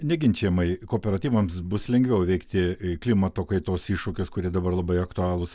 neginčijamai kooperatyvams bus lengviau įveikti klimato kaitos iššūkius kurie dabar labai aktualūs